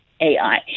AI